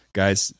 guys